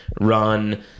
run